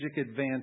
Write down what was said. advantage